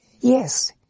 Yes